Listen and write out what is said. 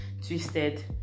twisted